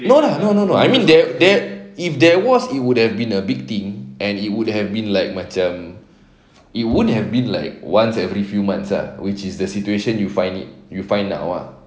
no lah no no no no no I mean there that if there was it would have been a big thing and it would have been like macam it won't have been like once every few months ah which is the situation you find it you find now ah